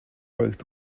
both